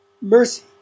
Mercy